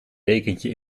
dekentje